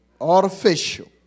artificial